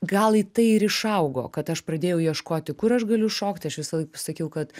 gal į tai ir išaugo kad aš pradėjau ieškoti kur aš galiu šokti aš visąlaik sakiau kad